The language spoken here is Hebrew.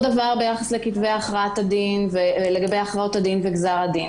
אותו דבר ביחס לכתבי הכרעת הדין וגזר הדין.